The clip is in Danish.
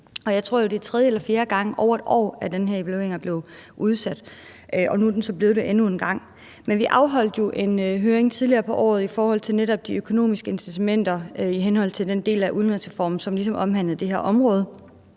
jeg tror jo, det er tredje eller fjerde gang over et år, at den her evaluering er blevet udsat. Og nu er den så blevet det endnu en gang. Men vi afholdt jo en høring tidligere på året i forhold til netop de økonomiske incitamenter i forbindelse med den del af udligningsreformen, som ligesom omhandlede det her område,